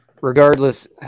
regardless